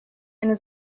eine